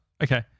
Okay